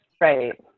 Right